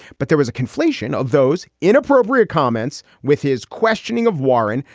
but there was a conflation of those inappropriate comments with his questioning of warren,